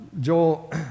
Joel